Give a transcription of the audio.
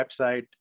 website